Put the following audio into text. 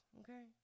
okay